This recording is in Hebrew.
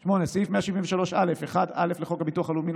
8. סעיף 173(א)(1א) לחוק הביטוח הלאומי ,